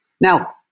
Now